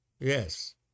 Yes